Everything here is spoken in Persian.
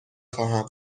خواهم